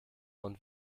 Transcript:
und